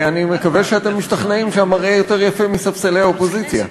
אני מקווה שאתם משתכנעים שהמראה יותר יפה מספסלי האופוזיציה.